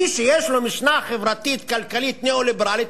מי שיש לו משנה חברתית כלכלית ניאו-ליברלית,